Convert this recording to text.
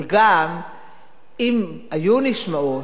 אבל גם אם היו נשמעות,